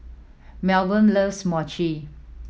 Milburn loves Mochi